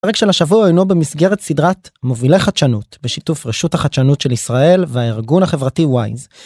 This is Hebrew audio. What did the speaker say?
הפרק של השבוע היינו במסגרת סדרת מובילי חדשנות בשיתוף רשות החדשנות של ישראל והארגון החברתי וויז.